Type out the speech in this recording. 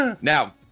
Now